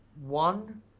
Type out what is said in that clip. One